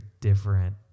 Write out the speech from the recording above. different